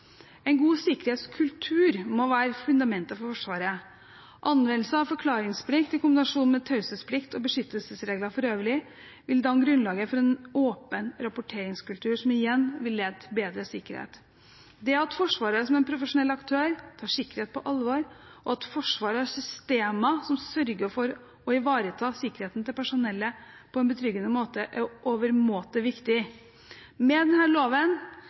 En god sikkerhetskultur må være fundamentet for Forsvaret. Anvendelse av forklaringsplikt i kombinasjon med taushetsplikt og beskyttelsesregler for øvrig vil danne grunnlaget for en åpen rapporteringskultur, som igjen vil lede til bedre sikkerhet. Det at Forsvaret som en profesjonell aktør tar sikkerhet på alvor, og at Forsvaret har systemer som sørger for å ivareta sikkerheten til personellet på en betryggende måte, er overmåte viktig. Med denne loven